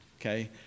okay